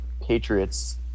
Patriots